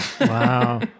Wow